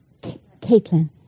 Caitlin